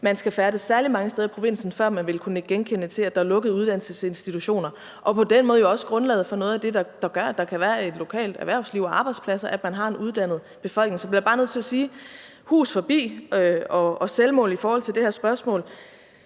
man skal færdes særlig mange steder i provinsen, før man vil kunne nikke genkendende til, at der er lukket uddannelsesinstitutioner, og på den måde er der jo også lukket for noget af det, der gør, at der kan være et lokalt erhvervsliv og arbejdspladser, nemlig at der er en uddannet befolkning. Så jeg bliver bare nødt til at sige: hus forbi og selvmål i forhold til det her spørgsmål.